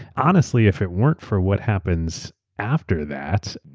honestly, if it weren't for what happens after that,